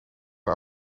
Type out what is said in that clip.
een